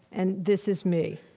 and this is me.